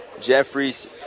Jeffries